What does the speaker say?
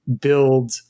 build